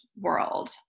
world